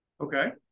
Okay